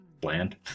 bland